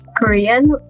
korean